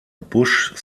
busch